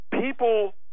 people